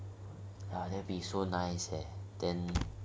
ah that'd be so nice eh then